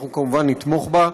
אנחנו כמובן נתמוך בה,